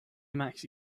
emacs